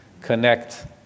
connect